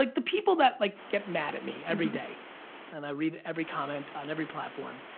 like the people that like get mad at me every day and i read every comment on every platform,